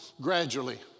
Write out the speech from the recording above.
gradually